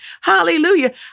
Hallelujah